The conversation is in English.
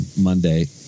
Monday –